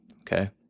Okay